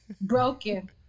broken